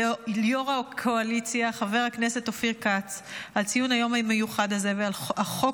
ליו"ר הקואליציה חבר הכנסת אופיר כץ על ציון היום המיוחד הזה ועל החוק